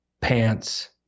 pants